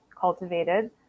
cultivated